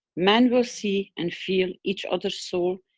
man will see and feel each others soul,